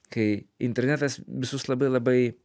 kai internetas visus labai labai